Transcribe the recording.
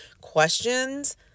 questions